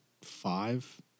five